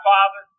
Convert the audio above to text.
Father